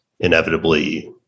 inevitably